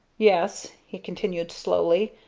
yes, he continued slowly,